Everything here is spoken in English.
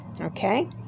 Okay